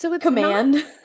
command